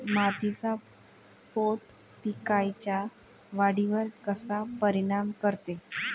मातीचा पोत पिकाईच्या वाढीवर कसा परिनाम करते?